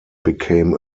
became